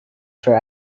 for